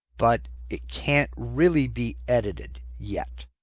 but it can't really be edited yet.